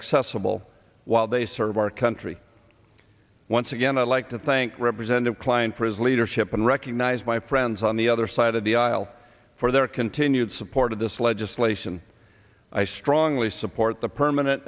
accessible while they serve our country once again i'd like to thank representative klein for his leadership and recognize my friends on the other side of the aisle for their continued support of this legislation i strongly support the perm